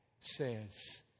says